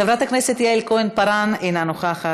חברת הכנסת יעל כהן-פארן, אינה נוכחת.